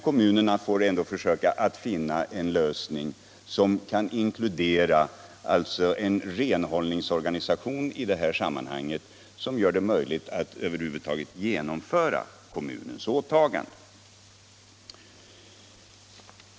Kommunerna får ändå försöka finna en lösning och åstadkomma en organisation som gör det möjligt att över huvud taget genomföra kommunens åtaganden.